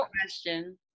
question